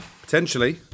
Potentially